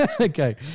Okay